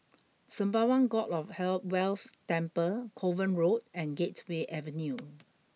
Sembawang God of hell Wealth Temple Kovan Road and Gateway Avenue